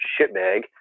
shitbag